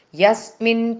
yasmin